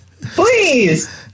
Please